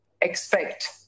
expect